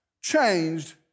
changed